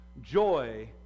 joy